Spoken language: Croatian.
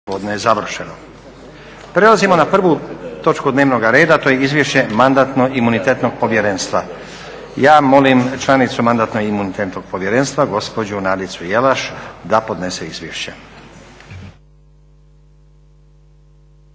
(SDP)** Prelazimo na 1. Izvješće Mandatno-imunitetnog povjerenstva Ja molim članicu Mandatno-imunitetnog povjerenstva gospođu Nadicu Jelaš da podnese izvješće.